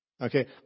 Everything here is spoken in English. Okay